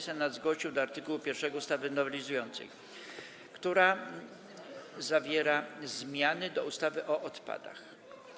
Senat zgłosił do art. 1 ustawy nowelizującej, który zawiera zmiany do ustawy o odpadach.